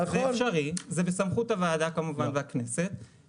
זה אפשרי, זה בסמכות הוועדה כמובן והכנסת.